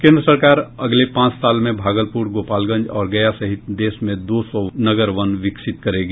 केन्द्र सरकार अगले पांच साल में भागलपुर गोपालगंज और गया सहित देश में दो सौ नगर वन विकसित करेगी